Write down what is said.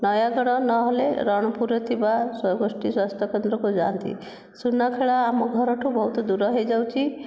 ନୟାଗଡ଼ ନହେଲେ ରଣପୁରରେ ଥିବା ଗୋଷ୍ଠୀ ସ୍ୱାସ୍ଥ୍ୟ କେନ୍ଦ୍ରକୁ ଯାଆନ୍ତି ସୁନାଖେଳା ଆମ ଘର ଠାରୁ ବହୁତ ଦୂର ହୋଇଯାଉଛି